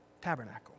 tabernacle